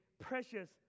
precious